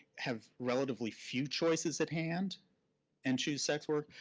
have relatively few choices at hand and choose sex work.